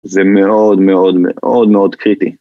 זה מאוד מאוד מאוד מאוד קריטי.